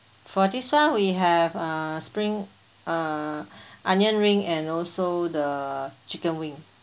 for this [one] we have uh uh spring onion ring and also the chicken wing